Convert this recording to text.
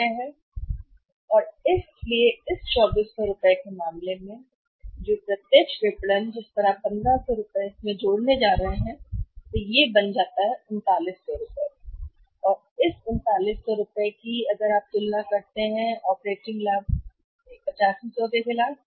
कितना है इसलिए इस 2400 रूपए के मामले में प्रत्यक्ष विपणन यदि आप इस 1500 में 2400 रुपये जोड़ने जा रहे हैं तो यह भी बन रहा है कितना 3900 है और यह 3900 है अब यदि आप इसकी तुलना करते हैं कि 3900 ऑपरेटिंग लाभ है 8500 के खिलाफ